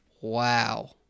wow